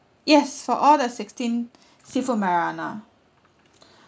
yes for all the sixteen seafood marinara